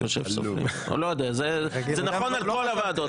זה נכון על כל הוועדות.